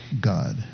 God